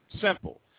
Simple